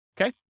Okay